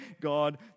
God